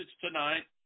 tonight